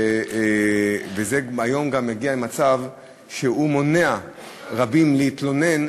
היום זה גם מגיע למצב שמונע מרבים להתלונן,